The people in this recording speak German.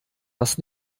was